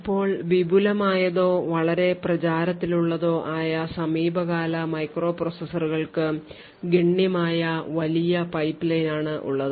ഇപ്പോൾ വിപുലമായതോ വളരെ പ്രചാരമുള്ളതോ ആയ സമീപകാല മൈക്രോപ്രൊസസ്സറുകൾക്ക് ഗണ്യമായ വലിയ പൈപ്പ്ലൈൻ ആണ് ഉള്ളത്